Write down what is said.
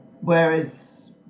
Whereas